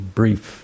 brief